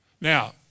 Now